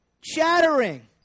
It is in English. chattering